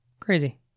Crazy